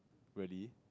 really